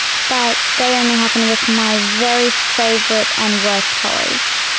but they only happen with my very favourite and worst colours.